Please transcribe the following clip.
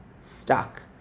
stuck